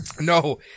no